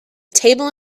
table